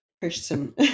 person